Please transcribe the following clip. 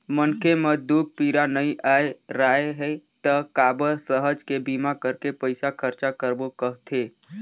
मनखे म दूख पीरा नइ आय राहय त काबर सहज के बीमा करके पइसा खरचा करबो कहथे